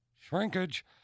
Shrinkage